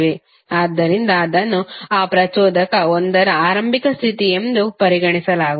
ಆದ್ದರಿಂದ ಅದನ್ನು ಆ ಪ್ರಚೋದಕ 1 ರ ಆರಂಭಿಕ ಸ್ಥಿತಿಯೆಂದು ಪರಿಗಣಿಸಲಾಗುತ್ತದೆ